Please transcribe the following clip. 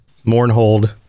Mournhold